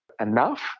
enough